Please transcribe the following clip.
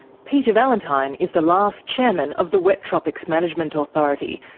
peter valentine is the last chairman of the wet tropics management authority,